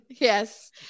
Yes